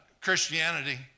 Christianity